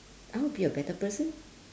I'll be a better person